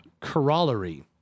corollary